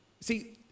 See